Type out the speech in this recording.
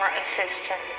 assistant